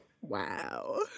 Wow